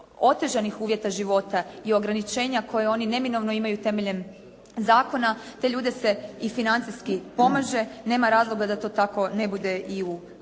otežanih uvjeta života i ograničenja koja oni neminovno imaju temeljem zakona, te ljude se i financijski pomaže. Nema razloga da to tako ne bude i u Hrvatskoj,